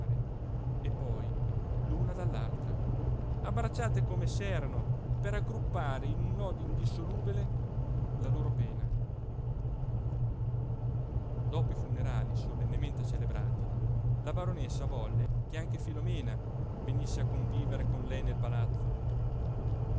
e poi l'una dall'altra abbracciate come s'erano per aggruppare in un nodo indissolubile la loro pena dopo i funerali solennemente celebrati la baronessa volle che anche filomena venisse a convivere con lei nel palazzo